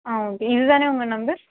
ஆ okay இது தானே உங்கள் நம்பர்